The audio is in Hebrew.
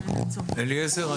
אליעזר,